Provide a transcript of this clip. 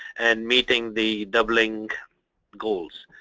and meeting the doubling goals.